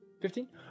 Fifteen